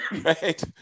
Right